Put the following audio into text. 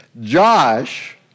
Josh